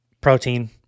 protein